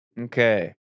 okay